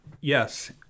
yes